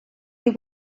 you